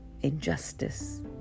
injustice